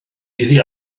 iddi